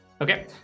Okay